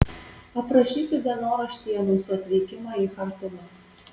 aprašysiu dienoraštyje mūsų atvykimą į chartumą